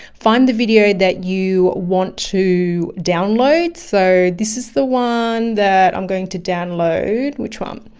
find the video that you want to download. so this is the one that i'm going to download. which one?